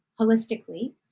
holistically